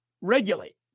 regulate